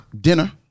dinner